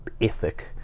ethic